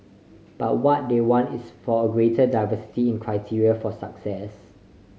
but what they want is for a greater diversity in criteria for success